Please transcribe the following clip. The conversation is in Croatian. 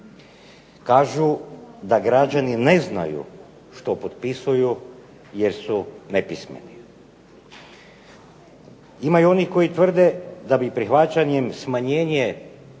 Kažu da građani ne znaju što potpisuju jer su nepismeni. Ima onih koji tvrde da bi prihvaćanjem smanjenje